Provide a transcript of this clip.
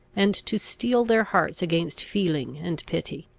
and to steel their hearts against feeling and pity.